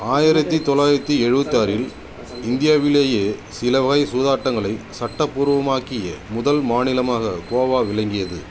ஆயிரத்தி தொள்ளாயிரத்தி எழுபத்தாறில் இந்தியாவிலேயே சில வகை சூதாட்டங்களை சட்டப் பூர்வமாக்கிய முதல் மாநிலமாக கோவா விளங்கியது